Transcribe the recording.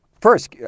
First